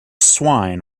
swine